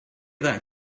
that